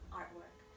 artwork